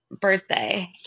birthday